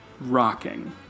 rocking